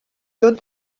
good